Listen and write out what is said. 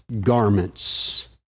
garments